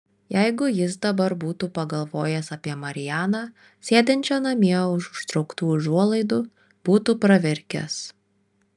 jeigu jis dabar būtų pagalvojęs apie marianą sėdinčią namie už užtrauktų užuolaidų būtų pravirkęs